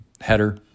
header